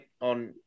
on